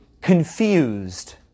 confused